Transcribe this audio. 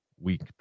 week